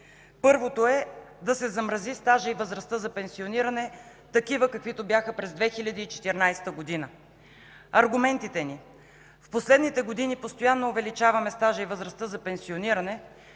Първото е да се замразят стажът и възрастта за пенсиониране такива, каквито бяха през 2014 г. Аргументите ни: в последните години постоянно увеличаваме стажа и възрастта за пенсиониране,